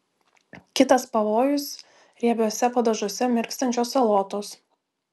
kitas pavojus riebiuose padažuose mirkstančios salotos